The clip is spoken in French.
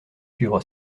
suivre